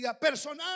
personal